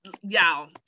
y'all